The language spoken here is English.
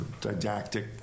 didactic